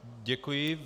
Děkuji.